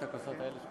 האלה.